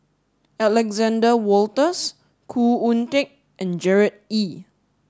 Alexander Wolters Khoo Oon Teik and Gerard Ee